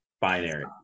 binary